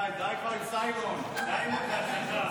די, די כבר עם סיימון, סיימון, בהצלחה.